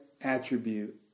attribute